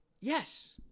Yes